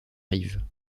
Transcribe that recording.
rives